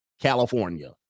California